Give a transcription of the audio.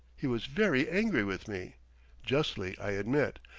he was very angry with me justly, i admit.